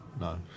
No